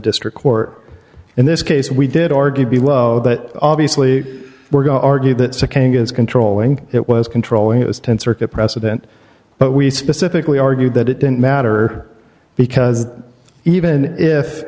district court in this case we did argue below but obviously we're going to argue that nd is controlling it was controlling it was th circuit precedent but we specifically argued that it didn't matter because even if